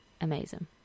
Amazing